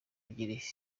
ebyiri